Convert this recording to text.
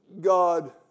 God